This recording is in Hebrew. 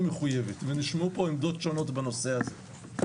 ונשמעו פה עמדות שונות בנושא הזה.